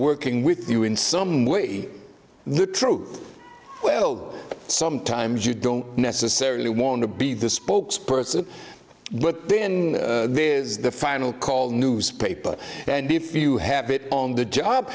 working with you in some way the troop well sometimes you don't necessarily want to be the spokes person but then is the final call newspaper and if you have it on the job